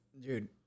Dude